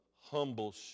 humble